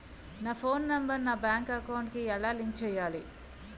నా phone number నా bank account కి ఎలా లింక్ చేయాలి?